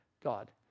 God